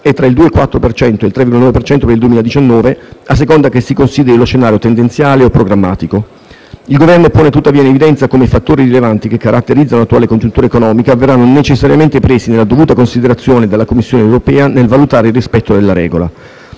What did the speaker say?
tra il 2,4 e il 3,9 per cento per il 2019, a seconda che si consideri lo scenario tendenziale o quello programmatico. Il Governo pone tuttavia in evidenza come i fattori rilevanti che caratterizzano l'attuale congiuntura economica verranno necessariamente presi nella dovuta considerazione dalla Commissione europea nel valutare il rispetto della regola.